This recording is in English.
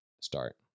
start